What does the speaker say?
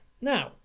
Now